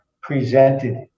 presented